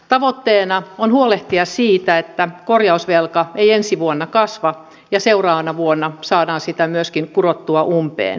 tavoitteena on huolehtia siitä että korjausvelka ei ensi vuonna kasva ja seuraavana vuonna saadaan sitä myöskin kurottua umpeen